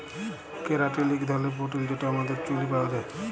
ক্যারাটিল ইক ধরলের পোটিল যেট আমাদের চুইলে পাউয়া যায়